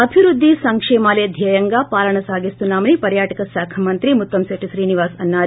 అభివృద్ధి సంక్షేమాలే ధ్యేయంగా పాలన సాగిస్తున్నామని పర్యాటక శాఖ మంగతి ముత్తంశెట్టి శ్రీనివాస్ అన్నారు